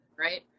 Right